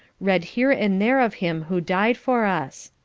read here and there of him who died for us.